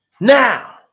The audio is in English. Now